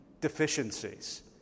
deficiencies